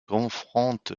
confronte